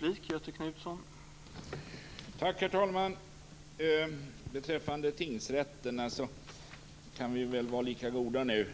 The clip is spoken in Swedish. Herr talman! Beträffande tingsrätterna kan vi väl vara lika goda nu,